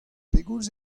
pegoulz